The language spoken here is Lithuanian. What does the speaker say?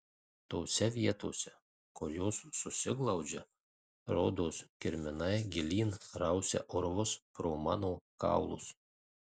tose vietose kur jos susiglaudžia rodos kirminai gilyn rausia urvus pro mano kaulus